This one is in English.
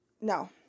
no